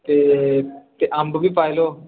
ते ते अंब बी पाई लाओ